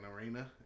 arena